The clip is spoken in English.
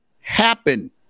happen